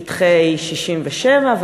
שטחי 67',